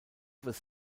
was